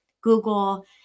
Google